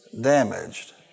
damaged